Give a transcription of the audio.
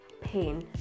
pain